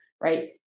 right